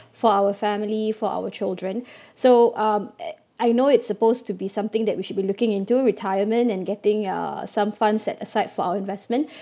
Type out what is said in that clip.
for our family for our children so um at I know it's supposed to be something that we should be looking into retirement and getting uh some funds set aside for our investment